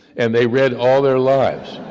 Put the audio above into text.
and they read all their lives.